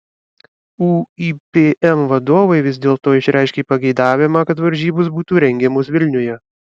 uipm vadovai vis dėlto išreiškė pageidavimą kad varžybos būtų rengiamos vilniuje